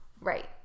right